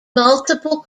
multiple